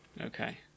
Okay